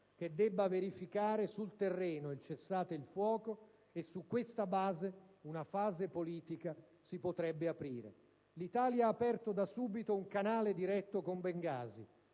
a dover verificare sul terreno il cessate il fuoco, e su questa base una fase politica si potrebbe aprire. L'Italia ha aperto da subito un canale diretto con Bengasi: